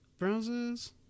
browsers